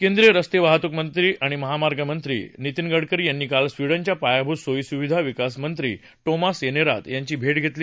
केंद्रीय रस्ते वाहतूक आणि महामार्ग मंत्री नितीन गडकरी यांनी काल स्वीडनच्या पायाभूत सोयीसुविधा विकास मंत्री टोमास येनेरोथ यांची भेट घेतली